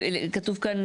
כתוב כאן,